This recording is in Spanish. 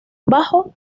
bajo